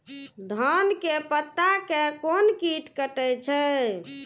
धान के पत्ता के कोन कीट कटे छे?